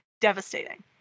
Devastating